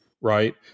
right